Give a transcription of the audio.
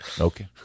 Okay